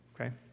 okay